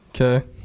Okay